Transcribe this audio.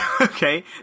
Okay